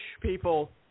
people